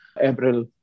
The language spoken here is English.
April